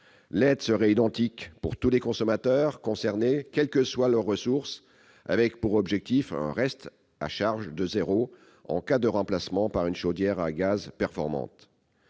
L'aide serait identique pour tous les consommateurs concernés, quelles que soient leurs ressources, avec pour objectif un reste à charge de zéro en cas de remplacement par une chaudière à gaz performante.